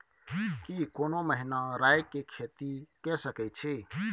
की कोनो महिना राई के खेती के सकैछी?